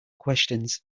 questions